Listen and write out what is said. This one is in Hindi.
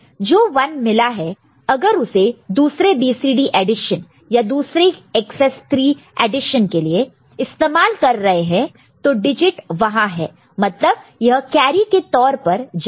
जो 1 मिला है अगर उसे दूसरे BCD एडिशन या दूसरे एकसेस 3 एडिशन के लिए इस्तेमाल कर रहे हो तो डिजिट वहां है मतलब यह कैरी के तौर पर जाएगा